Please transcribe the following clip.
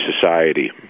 society